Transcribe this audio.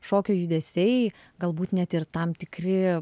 šokio judesiai galbūt net ir tam tikri